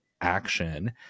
action